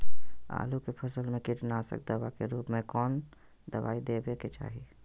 आलू के फसल में कीटनाशक दवा के रूप में कौन दवाई देवे के चाहि?